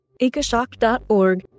ecoshock.org